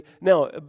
now